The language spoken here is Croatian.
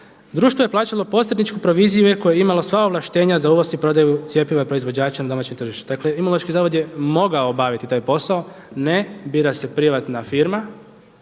Društvo je plaćalo posredničku proviziju koje je imalo sva ovlaštenja za uvoz i prodaju cjepiva proizvođača na domaćem tržištu. Dakle, Imunološki zavod je mogao obaviti taj posao. Ne, bira se privatna firma,